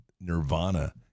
nirvana